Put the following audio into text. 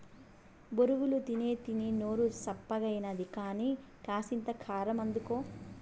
బొరుగులు తినీతినీ నోరు సప్పగాయినది కానీ, కాసింత కారమందుకో